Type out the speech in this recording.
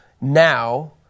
now